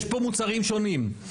יש פה מוצרים שונים.